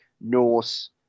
Norse